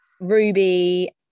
ruby